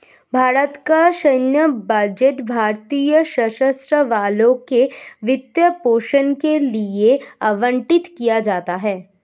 भारत का सैन्य बजट भारतीय सशस्त्र बलों के वित्त पोषण के लिए आवंटित किया जाता है